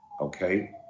Okay